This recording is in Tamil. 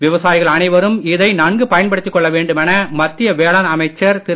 விவசாயிகள் அனைவரும் இதை நன்கு பயன்படுத்திக் கொள்ள வேண்டுமென மத்திய வேளாண் அமைச்சர் திரு